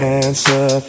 answer